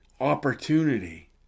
opportunity